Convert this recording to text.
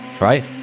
right